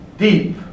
deep